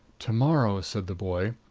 to-morrow, said the boy,